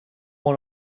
one